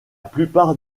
plupart